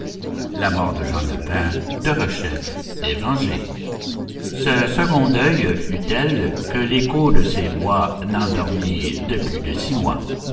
la mort de jean lapin derechef est vengée ce second deuil fut tel que l'écho de ces bois n'en dormit de plus de six mois